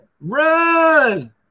run